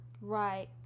Right